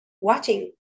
watching